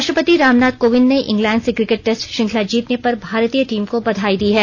राष्ट्र पति रामनाथ कोविंद ने इंग्लैंड से क्रिकेट टेस्ट श्रृंखला जीतने पर भारतीय टीम को बधाई दी है